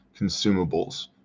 consumables